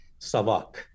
SAVAK